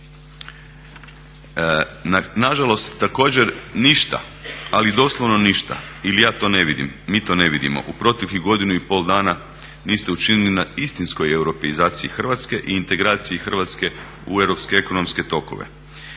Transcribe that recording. Nažalost također ništa, ali doslovno ništa ili ja to ne vidim, mi to ne vidimo, u proteklih godinu i pol dana niste učinili na istinskoj europeizaciji Hrvatske i integraciji Hrvatske u europske ekonomske tokove.